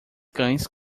cães